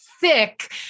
thick